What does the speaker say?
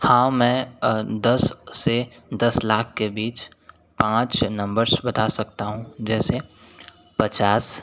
हाँ मैं दस से दस लाख के बीच पाँच नम्बर्स बता सकता हूँ जैसे पचास